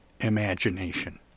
imagination